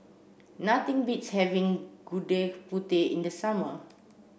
nothing beats having Gudeg Putih in the summer